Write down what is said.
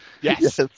Yes